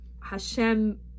Hashem